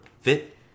Fit